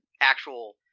actual